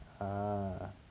ah